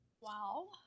Wow